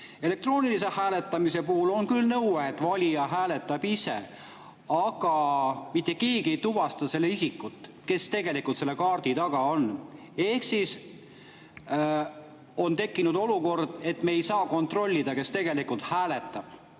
Elektroonilise hääletamise puhul on küll nõue, et valija hääletab ise, aga mitte keegi ei tuvasta isikut, kes tegelikult selle kaardi taga on. Ehk on tekkinud olukord, et me ei saa kontrollida, kes tegelikult hääletab.